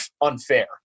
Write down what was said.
unfair